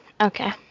Okay